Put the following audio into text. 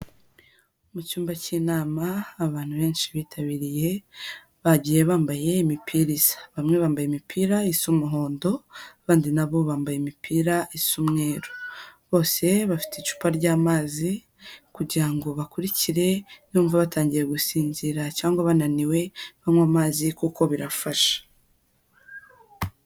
Mucyumba cy'inama abantu benshi bitabiriye bagiye bambaye imipira isa. Bamwe bambaye imipira isa umuhondo abandi nabo bambaye imipira isa umweru bose bafite icupa ry'amazi kugira ngo bakurikire nibumva batangiye gusinzira cyangwa bananiwe banywe amazi kuko birafasha.